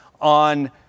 on